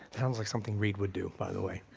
sounds like something reid would do, by the way.